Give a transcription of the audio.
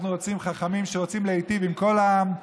אנחנו רוצים חכמים שרוצים להיטיב עם כל עם,